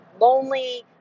lonely